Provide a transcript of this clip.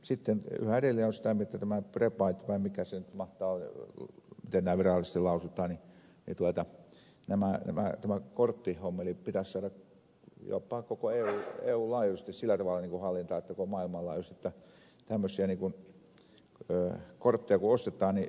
sitten yhä edelleen olen sitä mieltä että tämä prepaid vai mikä se nyt mahtaa olla miten nämä virallisesti lausutaan tämä korttihommeli pitäisi saada jopa koko eun laajuisesti maailmanlaajuisesti sillä tavalla hallintaan että tämmöisiä kortteja kun ostetaan ei käy niin kuin aiemmin